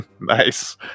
Nice